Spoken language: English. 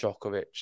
Djokovic